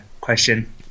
question